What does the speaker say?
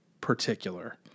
particular